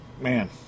man